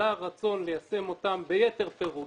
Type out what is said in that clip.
עלה הרצון ליישם אותן ביתר פירוט,